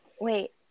wait